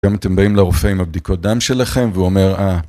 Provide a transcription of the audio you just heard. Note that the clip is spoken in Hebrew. גם אם אתם באים לרופא עם הבדיקות דם שלכם, והוא אומר "אהה"